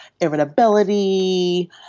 irritability